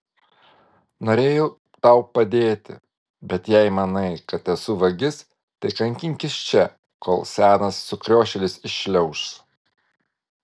norėjau tau padėti bet jei manai kad esu vagis tai kankinkis čia kol senas sukriošėlis iššliauš